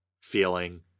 feeling